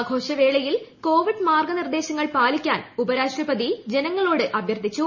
ആഘോഷ വേളയിൽ കോവിഡ് മാർഗ്ഗനിർദ്ദേശങ്ങൾ പാലിക്കാൻ ഉപരാഷ്ട്രപതി ജനങ്ങളോട് അഭ്യർത്ഥിച്ചു